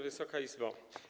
Wysoka Izbo!